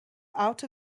out